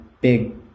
big